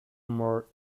more